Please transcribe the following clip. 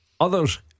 others